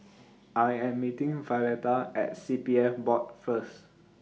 I Am meeting Violetta At C P F Board First